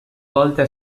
volta